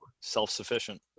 Self-sufficient